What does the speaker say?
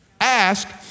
ask